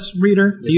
reader